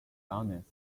honest